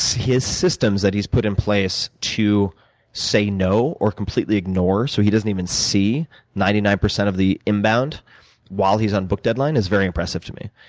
systems that he's put in place to say no or completely ignore, so he doesn't even see ninety nine per cent of the inbound while he's on book deadline, is very impressive to me.